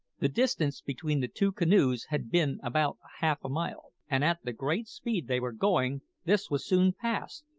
the distance between the two canoes had been about half-a-mile, and at the great speed they were going, this was soon passed.